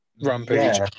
Rampage